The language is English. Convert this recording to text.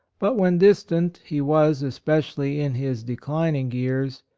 but when distant, he was, especially in his declining years,